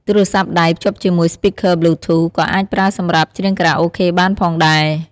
ទូរស័ព្ទដៃ ភ្ជាប់ជាមួយ Speaker Bluetooth ក៏អាចប្រើសម្រាប់ច្រៀងខារ៉ាអូខេបានផងដែរ។